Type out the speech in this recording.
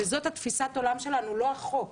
וזאת התפיסת עולם שלנו, לא החוק.